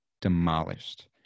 demolished